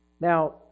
Now